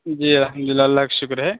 جی الحمد للہ اللہ کا شُکر ہے